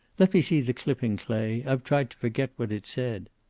let me see the clipping, clay. i've tried to forget what it said.